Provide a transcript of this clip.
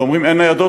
ואומרים: אין ניידות,